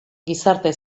gizarte